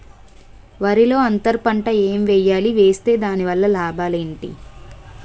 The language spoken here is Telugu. వరిలో అంతర పంట ఎం వేయాలి? వేస్తే దాని వల్ల లాభాలు ఏంటి?